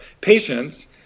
patients